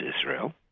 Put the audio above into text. Israel